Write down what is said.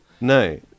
No